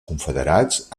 confederats